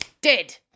Dead